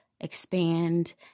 expand